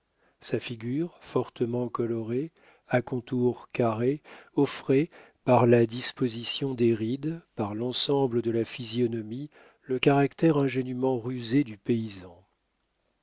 sa figure fortement colorée à contours carrés offrait par la disposition des rides par l'ensemble de la physionomie le caractère ingénuement rusé du paysan